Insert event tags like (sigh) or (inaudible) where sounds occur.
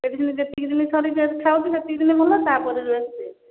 medicine ଯେତିକି ଦିନ (unintelligible) ଖାଉଛି (unintelligible) ସେତିକି ଦିନ ଭଲ ତାପରେ ଯେୟାକୁ ସେୟା